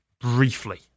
briefly